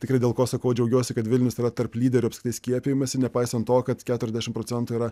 tikrai dėl ko sakau džiaugiuosi kad vilnius yra tarp lyderių apskritai skiepijimosi nepaisant to kad keturiasdešimt procentų yra